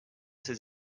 ses